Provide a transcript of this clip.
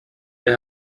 der